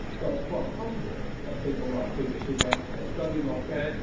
so it's quite possible that people like peter slipper have studied like that,